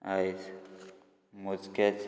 आयज मोजकेच